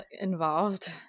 involved